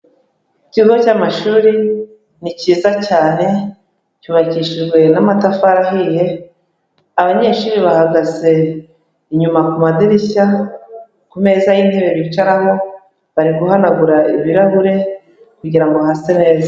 Ikigo cy'amashuri ni cyiza cyane, cyubakishijwe n'amatafari ahiye, abanyeshuri bahagaze inyuma ku madirishya ku meza y'intebe bicaraho, bari guhanagura ibirahure kugira ngo hase neza.